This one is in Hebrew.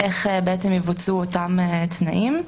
איך יבוצעו אותם תנאים,